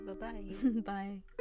Bye-bye